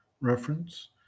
Reference